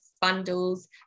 bundles